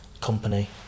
company